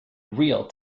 real